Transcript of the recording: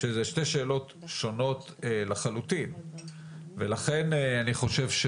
שזה שתי שאלות שונות לחלוטין ולכן אני חושב,